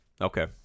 Okay